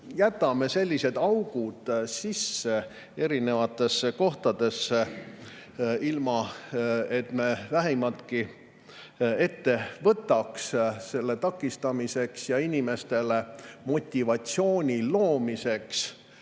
jätame sellised augud sisse erinevatesse kohtadesse, ilma et me vähimatki ette võtaks nende [parandamiseks] ja inimestele motivatsiooni loomiseks,